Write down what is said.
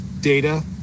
data